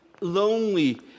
lonely